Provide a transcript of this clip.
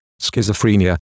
schizophrenia